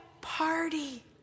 party